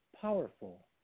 powerful